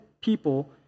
people